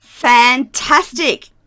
fantastic